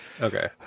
Okay